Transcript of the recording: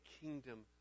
kingdom